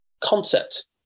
concept